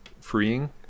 freeing